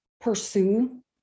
pursue